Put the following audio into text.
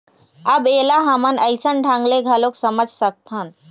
अब ऐला हमन अइसन ढंग ले घलोक समझ सकथन